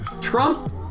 Trump